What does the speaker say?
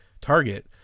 Target